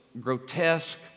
grotesque